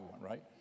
right